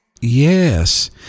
Yes